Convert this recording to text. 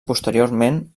posteriorment